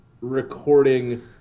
recording